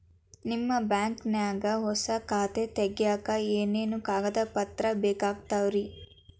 ನಿಮ್ಮ ಬ್ಯಾಂಕ್ ನ್ಯಾಗ್ ಹೊಸಾ ಖಾತೆ ತಗ್ಯಾಕ್ ಏನೇನು ಕಾಗದ ಪತ್ರ ಬೇಕಾಗ್ತಾವ್ರಿ?